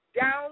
Down